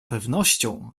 pewnością